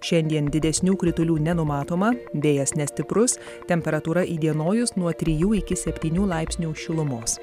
šiandien didesnių kritulių nenumatoma vėjas nestiprus temperatūra įdienojus nuo trijų iki septynių laipsnių šilumos